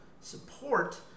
support